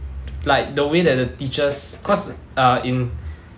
like the way that the teachers cause uh in